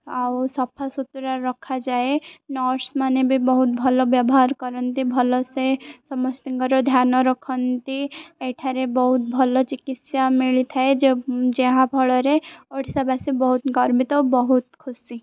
ଆଉ ସଫା ସୁୁତୁରା ରଖାଯାଏ ନର୍ସମାନେ ବି ବହୁତ ଭଲ ବ୍ୟବହାର କରନ୍ତି ଭଲସେ ସମସ୍ତିଙ୍କର ଧ୍ୟାନ ରଖନ୍ତି ଏଠାରେ ବହୁତ ଭଲ ଚିକିତ୍ସା ମିଳିଥାଏ ଯେ ଯାହାଫଳରେ ଓଡ଼ିଶାବାସୀ ବହୁତ ଗର୍ବିତ ଓ ବହୁତ ଖୁସି